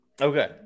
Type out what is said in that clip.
Okay